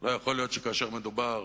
לא יכול להיות שכאשר מדובר